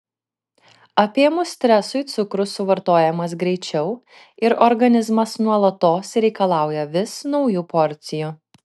apėmus stresui cukrus suvartojamas greičiau ir organizmas nuolatos reikalauja vis naujų porcijų